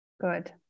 Good